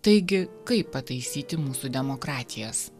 taigi kaip pataisyti mūsų demokratijas